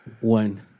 One